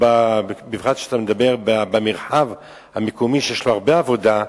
בפרט כשאתה מדבר במרחב המקומי, שיש לו הרבה עבודה.